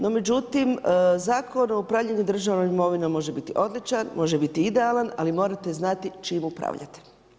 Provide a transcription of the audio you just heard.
No međutim, Zakon o upravljanju državnom imovinom može biti odličan, može biti idealan ali morate znati čime upravljate.